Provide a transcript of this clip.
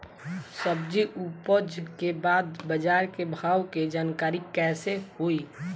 सब्जी उपज के बाद बाजार के भाव के जानकारी कैसे होई?